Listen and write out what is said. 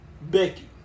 Becky